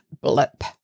blip